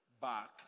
back